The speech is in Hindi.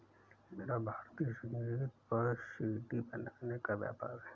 मेरा भारतीय संगीत पर सी.डी बनाने का व्यापार है